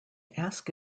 ask